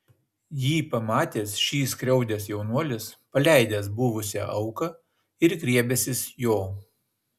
jį pamatęs šį skriaudęs jaunuolis paleidęs buvusią auką ir griebęsis jo